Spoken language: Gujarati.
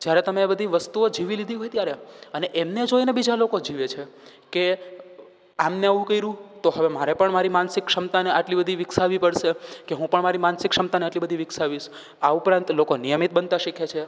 જ્યારે તમે એ બધી વસ્તુઓ જીવી લીધી હોય ત્યારે અને એમને જોઈને બીજા લોકો જીવે છે કે આમને આવું કયરું તો હવે મારે પણ મારી માનસિક ક્ષમતાને આટલી બધી વિકસાવવી પડશે કે હું પણ મારી માનસિક ક્ષમતાને આટલી બધી વિકસાવીશ આ ઉપરાંત લોકો નિયમિત બનતા શીખે છે